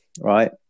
right